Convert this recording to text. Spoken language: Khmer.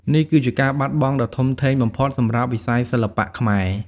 នេះគឺជាការបាត់បង់ដ៏ធំធេងបំផុតសម្រាប់វិស័យសិល្បៈខ្មែរ។